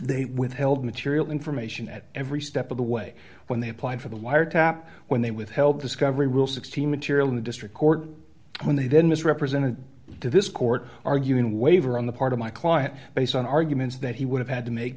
they withheld material information at every step of the way when they applied for the wiretap when they withheld discovery will sixteen material in the district court when they then misrepresented to this court arguing waiver on the part of my client based on arguments that he would have had to make